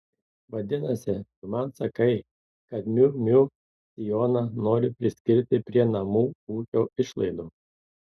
vadinasi tu man sakai kad miu miu sijoną nori priskirti prie namų ūkio išlaidų